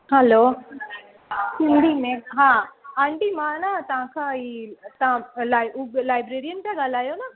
hello सीढ़ी में हा आंटी मां आहे न तव्हां खां ई तव्हां लाइ हू लाइब्रेरियनि पिया ॻाल्हायो न